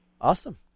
Awesome